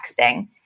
texting